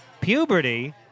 puberty